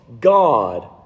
God